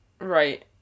Right